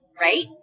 right